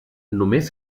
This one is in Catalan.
només